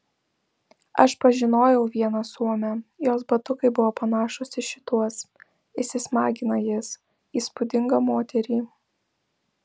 aš pažinojau vieną suomę jos batukai buvo panašūs į šituos įsismagina jis įspūdingą moterį